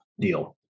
deal